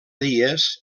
dies